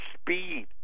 speed